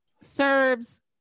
serves